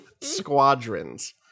squadrons